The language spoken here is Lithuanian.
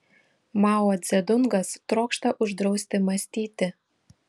mao dzedungas trokšta uždrausti mąstyti